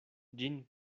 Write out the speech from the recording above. ĝin